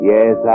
Yes